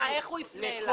איך הוא יפנה אלהו?